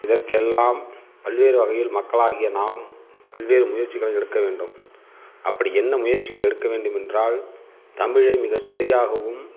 இதற்கெல்லாம் பல்வேறு வகையில் மக்களாகிய நாம் பல்வேறு முயற்சிகளை எடுக்க வேண்டும் அப்படி என்ன முயற்சிகள் எடுக்க வேண்டும் என்றால் தமிழை மிக சரியாகவும்